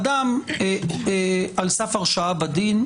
אדם על סף הרשעה בדין,